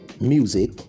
music